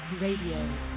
Radio